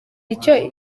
icyo